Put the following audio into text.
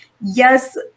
yes